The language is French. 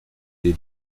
des